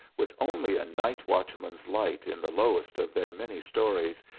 with only a night-watchman's light in the lowest of their many stories,